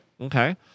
Okay